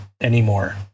anymore